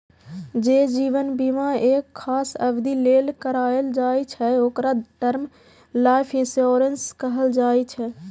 जे जीवन बीमा एक खास अवधि लेल कराएल जाइ छै, ओकरा टर्म लाइफ इंश्योरेंस कहल जाइ छै